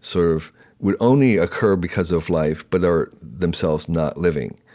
sort of would only occur because of life but are, themselves, not living.